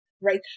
right